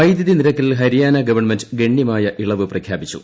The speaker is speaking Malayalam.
വൈദ്യുതി നിരക്കിൽ ഹരിയാന ഗവൺമെന്റ് ഗണ്യമായ ഇളവ് ന് പ്രഖ്യാപിച്ചു